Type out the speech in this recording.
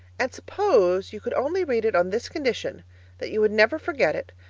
and suppose you could only read it on this condition that you would never forget it,